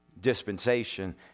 dispensation